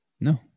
No